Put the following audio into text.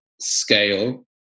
scale